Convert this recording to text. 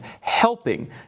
helping